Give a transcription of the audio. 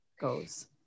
goes